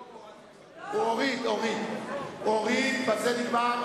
היום הורדתי, הוא הוריד, ובזה זה נגמר.